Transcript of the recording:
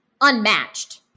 unmatched